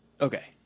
Okay